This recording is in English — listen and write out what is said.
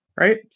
Right